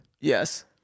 yes